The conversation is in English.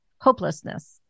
hopelessness